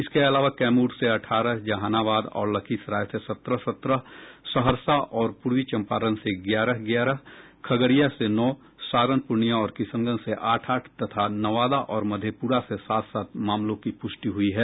इसके अलावा कैमूर से अठारह जहानाबाद और लखीसराय से सत्रह सत्रह सहरसा और पूर्वी चम्पारण से ग्यारह ग्यारह खगड़िया से नौ सारण पूर्णियां और किशनगंज से आठ आठ तथा नवादा और मधेपुरा से सात सात मामलों की पुष्टि हुई है